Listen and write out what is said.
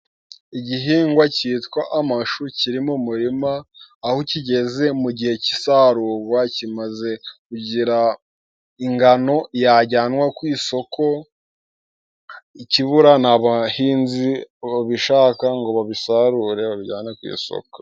Igihingwa cyitwa amashu kiri mu murima aho kigeze mu gihe cy'isarurwa kimaze kugira ingano yajyanwa ku isoko, ikibura ni abahinzi babishaka ngo babisarure bajyane ku isoko.